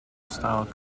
style